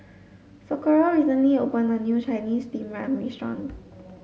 Socorro recently opened a new Chinese steamed yam restaurant